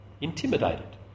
intimidated